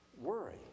worry